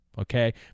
okay